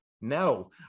no